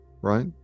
Right